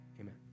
amen